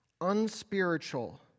unspiritual